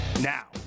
Now